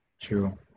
True